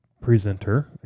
presenter